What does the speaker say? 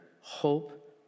Hope